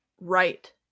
right